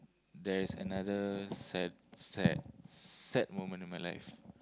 there is another sad sad sad moment in my life